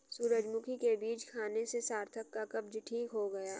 सूरजमुखी के बीज खाने से सार्थक का कब्ज ठीक हो गया